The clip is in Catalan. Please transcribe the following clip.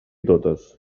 totes